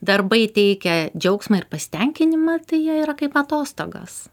darbai teikia džiaugsmą ir pasitenkinimą tai jie yra kaip atostogas